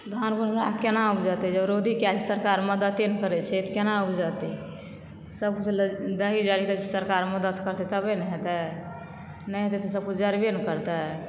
धान गहूँम हमरासबके केना ऊपजतै जब रौदी कए दै छै सरकार मददे नहि करै छै तऽ केना ऊपजतै सबकिछु दहि जरि जाइ छै सरकार मदद करतै तबे ने हेतै नहि हेतै तऽ सबकिछु जरबे ने करतै